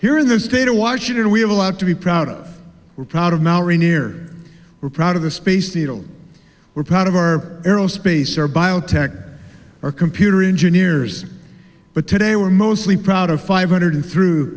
here in the state of washington we have a lot to be proud of we're proud of mount rainier we're proud of the space needle we're proud of our aerospace or biotech or computer engineers but today were mostly proud of five hundred through